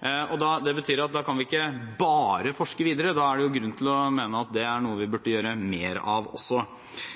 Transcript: Det betyr at da kan vi ikke bare forske videre; da er det jo grunn til å mene at dette er noe vi burde gjøre mer av også.